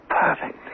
perfect